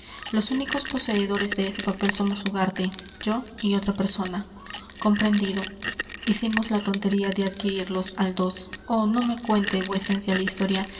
los únicos poseedores de ese papel somos ugarte yo y otra persona comprendido hicimos la tontería de adquirirlos al dos oh no me cuente vuecencia la historia